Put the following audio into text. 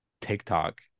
TikTok